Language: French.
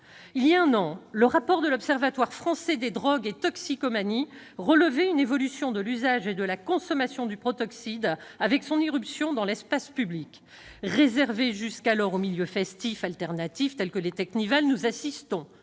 Voilà un an, le rapport de l'Observatoire français des drogues et des toxicomanies relevait une évolution de l'usage et de la consommation du protoxyde d'azote, avec son irruption dans l'espace public. Alors qu'il était réservé jusqu'alors aux milieux festifs alternatifs, tels que les teknivals, nous assistons